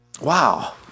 Wow